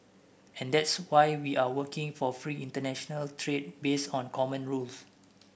and that's why we are working for free international trade based on common rules